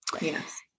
Yes